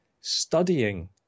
studying